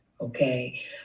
okay